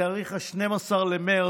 בתאריך 12 במרץ,